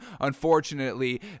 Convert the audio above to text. Unfortunately